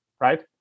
right